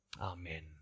Amen